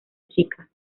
chica